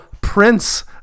Prince